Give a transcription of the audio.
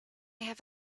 have